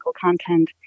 content